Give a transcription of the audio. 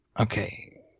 Okay